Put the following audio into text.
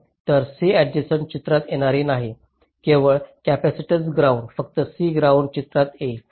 तर C adjacent चित्रात येणार नाही केवळ कॅपेसिटन्स ग्राउंड फक्त C ग्राउंड चित्रात येईल